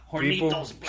People